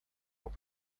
will